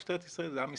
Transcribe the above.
משטרת ישראל זה עם ישראל,